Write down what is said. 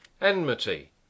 enmity